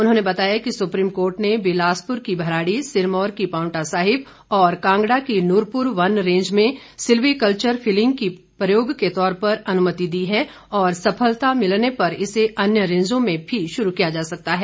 उन्होंने बताया कि सुप्रीम कोर्ट ने बिलासपुर के भराड़ी सिरमौर की पांवटा साहिब और कांगड़ा की नुरपूर वन रेंज में सिल्वीकल्चर फिलिंग की प्रयोग के तौर पर अनुमति दी है और सफलता मिलने पर इसे अन्य रेंजों में भी शुरू किया जा सकता है